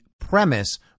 premise